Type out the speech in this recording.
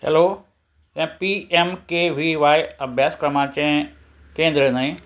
hello A P M K V Y अभ्यासक्रमाचे केंद्र न्ही